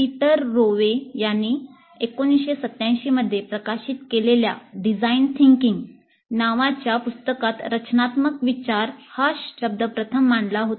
Peter Rowe यांनी 1987 मध्ये प्रकाशित केलेल्या "डिझाईन थिंकिंग" नावाच्या पुस्तकात "रचनात्मक विचार" हा शब्द प्रथम मांडला होता